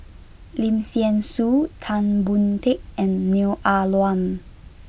Lim Thean Soo Tan Boon Teik and Neo Ah Luan